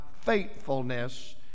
faithfulness